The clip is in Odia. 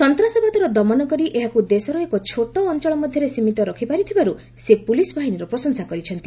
ସନ୍ତାସବାଦର ଦମନ କରି ଏହାକୁ ଦେଶର ଏକ ଛୋଟ ଅଞ୍ଚଳ ମଧ୍ୟରେ ସୀମିତ ରଖିପାରିଥିବାରୁ ସେ ପୁଲିସ୍ ବାହିନୀର ପ୍ରଶଂସା କରିଛନ୍ତି